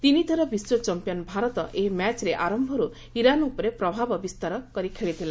ତିନିଥର ବିଶ୍ୱ ଚାମ୍ପିୟନ ଭାରତ ଏହି ମ୍ୟାଚରେ ଆରମ୍ଭରୁ ଇରାନ ଉପରେ ପ୍ରଭାବ ବିସ୍ତାର କରି ଖେଳିଥିଲା